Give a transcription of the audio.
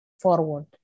forward